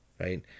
right